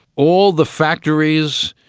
all the factories,